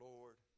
Lord